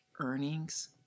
earnings